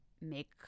make